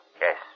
Yes